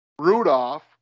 Rudolph